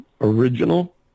Original